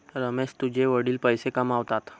रमेश तुझे वडील पैसे कसे कमावतात?